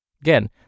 Again